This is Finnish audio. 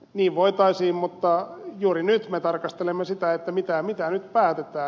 niin voitaisiin mutta juuri nyt me tarkastelemme sitä mitä nyt päätetään